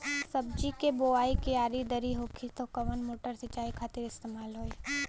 सब्जी के बोवाई क्यारी दार होखि त कवन मोटर सिंचाई खातिर इस्तेमाल होई?